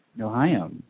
Ohio